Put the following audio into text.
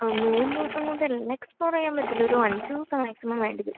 ആ മൂന്ന് ദിവസം കൊണ്ട് എല്ലാം എക്സ്പ്ലോറ് ചെയ്യാൻ പറ്റില്ല ഒരു അഞ്ച് ദിവസം മാക്സിമം വേണ്ടി വരും